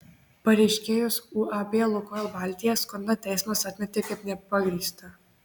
pareiškėjos uab lukoil baltija skundą teismas atmetė kaip nepagrįstą